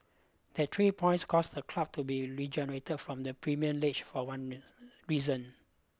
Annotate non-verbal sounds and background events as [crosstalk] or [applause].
that three points caused the club to be regenerated from the Premium League for one [unintelligible] reason